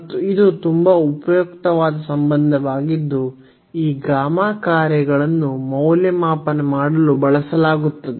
ಮತ್ತು ಇದು ತುಂಬಾ ಉಪಯುಕ್ತವಾದ ಸಂಬಂಧವಾಗಿದ್ದು ಈ ಗಾಮಾ ಕಾರ್ಯಗಳನ್ನು ಮೌಲ್ಯಮಾಪನ ಮಾಡಲು ಬಳಸಲಾಗುತ್ತದೆ